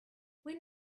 when